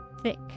Thick